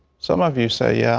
some of you say, yeah